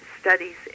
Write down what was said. studies